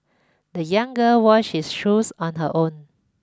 the young girl washed his shoes on her own